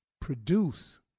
produce